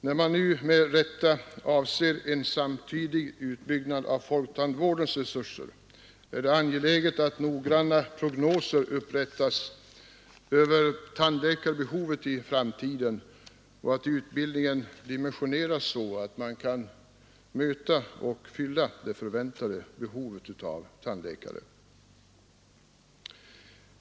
När man nu med rätta avser en samtidig utbyggnad av folktandvårdens resurser, är det angeläget att noggranna prognoser upprättas över tandläkarbehovet i framtiden och att utbildningen dimensioneras så att man kan möta och fylla det förväntade behovet av tandläkare.